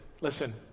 listen